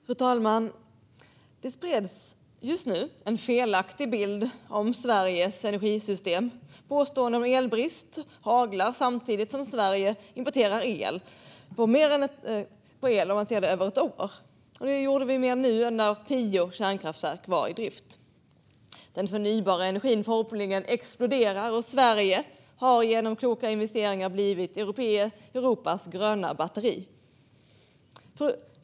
Fru talman! Det sprids just nu en felaktig bild av Sveriges energisystem. Påståenden om elbrist haglar samtidigt som Sverige nu importerar mindre el på ett år än när tio kärnkraftverk var i drift. Den förnybara energin exploderar, och Sverige har genom kloka investeringar blivit Europas gröna batteri.